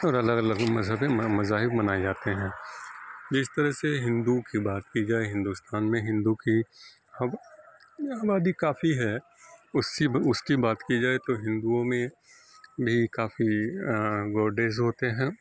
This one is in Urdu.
اور الگ الگ مذہبیں مذاہب منائے جاتے ہیں جس طرح سے ہندو کی بات کی جائے ہندوستان میں ہندو کی آبادی کافی ہے اس اس کی بات کی جائے تو ہندوؤں میں بھی کافی گوڈیز ہوتے ہیں